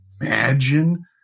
imagine